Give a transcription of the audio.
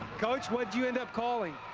coach, what did you end up calling?